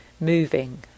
moving